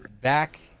back